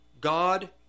God